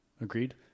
agreed